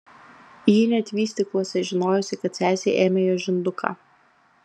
ji net vystykluose žinojusi kada sesė ėmė jos žinduką